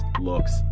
looks